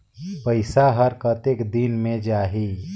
पइसा हर कतेक दिन मे जाही?